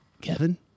Kevin